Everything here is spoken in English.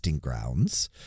grounds